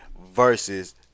versus